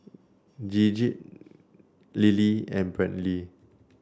Gidget Lilly and Brantley